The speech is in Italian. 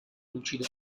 lucido